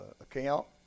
account